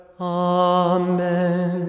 Amen